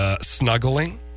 snuggling